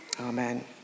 Amen